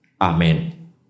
Amen